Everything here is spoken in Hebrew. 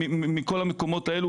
מכל המקומות האלו,